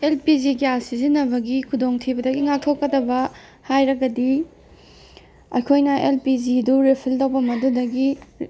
L P G gas ꯁꯤꯖꯤꯟꯅꯕꯒꯤ ꯈꯨꯗꯣꯡꯊꯤꯕꯗꯒꯤ ꯉꯥꯛꯊꯣꯛꯀꯗꯕ ꯍꯥꯏꯔꯒꯗꯤ ꯑꯩꯈꯣꯏꯅ ꯑꯦꯜꯄꯤꯖꯤꯗꯨ ꯔꯤꯐꯤꯜ ꯇꯧꯕꯝ ꯑꯗꯨꯗꯒꯤ